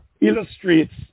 illustrates